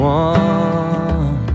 one